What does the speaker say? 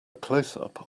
closeup